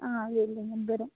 వీళ్ళు ముగ్గురు